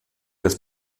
des